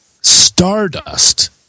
stardust